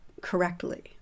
correctly